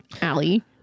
Allie